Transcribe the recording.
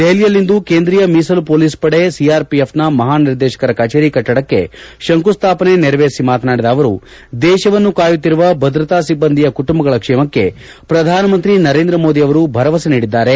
ದೆಹಲಿಯಲ್ಲಿಂದು ಕೇಂದ್ರೀಯ ಮೀಸಲು ಪೊಲೀಸ್ ಪಡೆ ಸಿಆರ್ಪಿಎಫ್ನ ಮಹಾ ನಿರ್ದೇಶಕರ ಕಚೇರಿ ಕಟ್ಲಡಕ್ಕೆ ಶಂಕುಸ್ಟಾಪನೆ ನೆರವೇರಿಸಿ ಮಾತನಾಡಿದ ಅವರು ದೇಶವನ್ನು ಕಾಯುತ್ತಿರುವ ಭದ್ರತಾ ಸಿಬ್ಬಂದಿಯ ಕುಟುಂಬಗಳ ಕ್ಷೇಮಕ್ಕೆ ಪ್ರಧಾನಮಂತ್ರಿ ನರೇಂದ್ರ ಮೋದಿ ಅವರು ಭರವಸೆ ನೀಡಿದ್ದಾರೆ